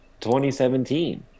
2017